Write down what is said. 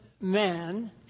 man